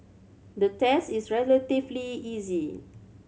the test is relatively easy